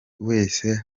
wese